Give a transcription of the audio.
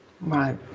right